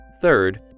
Third